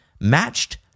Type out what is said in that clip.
matched